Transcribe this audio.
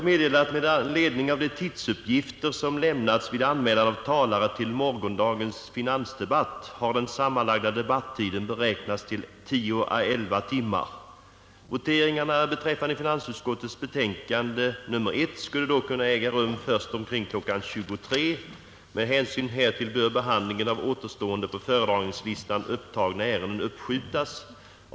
Med ledning av de tidsuppgifter som lämnats vid anmälan av talare till morgondagens finansdebatt har den sammanlagda debattiden beräknats till 10 å 11 timmar. Voteringarna beträffande finansutskottets betänkande nr 1 skulle då kunna äga rum först omkring kl. 23. Med hänsyn härtill bör behandlingen av återstående på föredragningslistan upptagna ärenden uppskjutas.